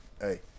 Hey